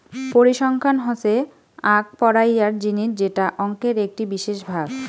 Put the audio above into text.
পরিসংখ্যান হসে আক পড়াইয়ার জিনিস যেটা অংকের একটি বিশেষ ভাগ